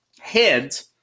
heads